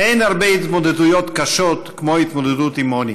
אין הרבה התמודדויות קשות כמו ההתמודדות עם עוני.